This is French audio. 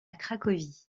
cracovie